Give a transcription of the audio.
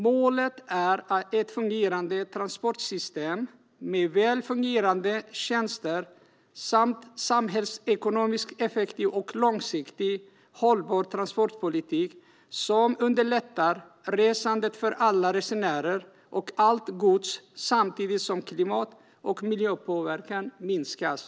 Målet är ett fungerande transportsystem med väl fungerande tjänster samt en samhällsekonomiskt effektiv och långsiktigt hållbar transportpolitik som underlättar resandet för alla resenärer och allt gods, samtidigt som klimat och miljöpåverkan minskas.